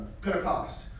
Pentecost